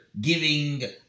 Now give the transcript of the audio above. giving